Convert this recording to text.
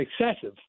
excessive